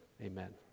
amen